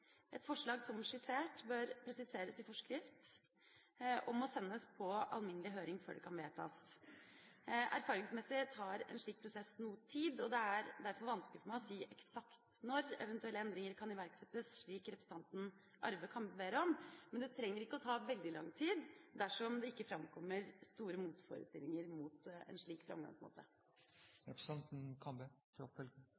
Et forslag som skissert, bør presiseres i forskrift og må sendes på alminnelig høring før det kan vedtas. Erfaringsmessig tar en slik prosess noe tid, og det er derfor vanskelig for meg å si eksakt når eventuelle endringer kan iverksettes, slik representanten Arve Kambe ber om, men det trenger ikke å ta veldig lang tid dersom det ikke framkommer store motforestillinger mot en slik